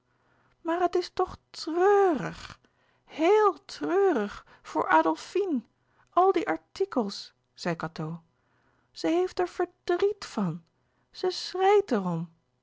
maar het is toch treurig héel treurig voor adlfine al die artikels zei cateau ze heeft er verdrièt van ze schrèit er